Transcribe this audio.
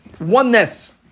Oneness